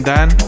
Dan